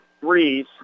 threes